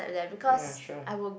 ya sure